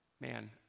Man